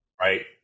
right